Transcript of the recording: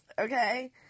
okay